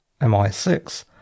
MI6